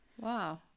Wow